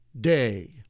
day